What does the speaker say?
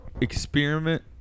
experiment